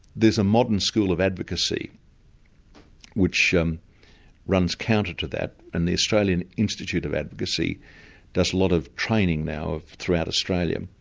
there's a modern school of advocacy which um runs counter to that and the australian institute of advocacy does a lot of training now throughout australia,